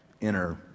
inner